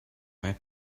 might